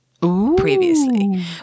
previously